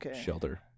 shelter